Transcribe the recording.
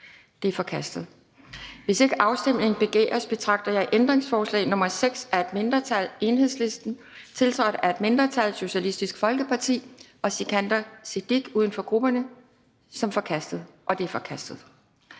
Det er forkastet. Hvis ikke afstemning begæres, betragter jeg ændringsforslag nr. 6 af et mindretal (EL), tiltrådt af et mindretal (SF og Sikandar Siddique (UFG)), som forkastet. Det er forkastet.